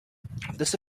this